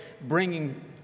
bringing